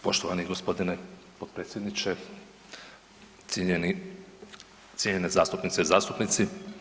Poštovani g. potpredsjedniče, cijenjeni zastupnice i zastupnici.